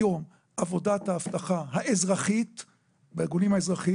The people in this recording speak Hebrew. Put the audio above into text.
ב-2013 הייתה החלטת ממשלה בוועדת שרים למאבק באלימות שאישרה